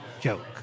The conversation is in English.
joke